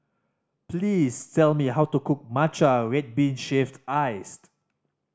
please tell me how to cook matcha red bean shaved iced